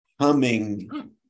humming